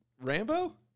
Rambo